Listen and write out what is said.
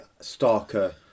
starker